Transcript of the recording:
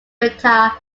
beta